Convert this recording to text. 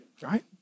Right